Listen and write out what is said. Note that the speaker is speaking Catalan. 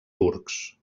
turcs